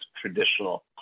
traditional